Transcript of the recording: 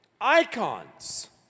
icons